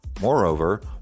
Moreover